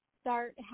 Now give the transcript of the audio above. start